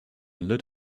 lit